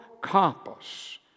Compass